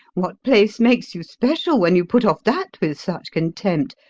what place make you special, when you put off that with such contempt?